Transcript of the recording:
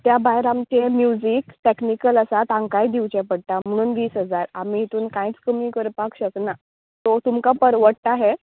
त्या भायर आमचे म्यूजीक टॅक्नीकल आसा तांकांय दिवचे पडटा म्हणून वीस हजार आमी तितून कांयच कमी करपाक शकना सो तुमका परवडटा हे